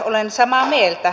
olen samaa mieltä